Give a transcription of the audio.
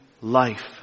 life